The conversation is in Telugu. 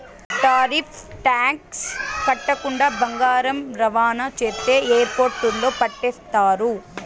టారిఫ్ టాక్స్ కట్టకుండా బంగారం రవాణా చేస్తే ఎయిర్పోర్టుల్ల పట్టేస్తారు